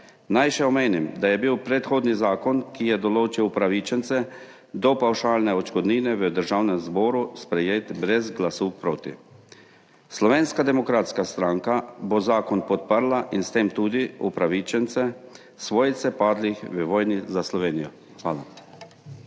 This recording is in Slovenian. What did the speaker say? Naj še omenim, da je bil predhodni zakon, ki je določil upravičence do pavšalne odškodnine, v Državnem zboru sprejet brez glasu proti. Slovenska demokratska stranka bo zakon podprla in s tem tudi upravičence, svojce padlih v vojni za Slovenijo. Hvala.